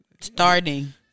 Starting